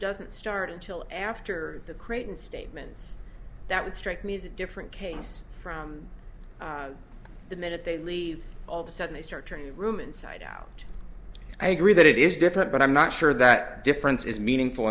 doesn't start until after the creighton statements that would strike me as a different case from the minute they leave all of a sudden they start room inside out i agree that it is different but i'm not sure that difference is meaningful